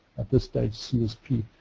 at this stage, csp.